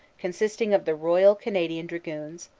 consisting of the royal canadian dragoons,